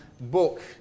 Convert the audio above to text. book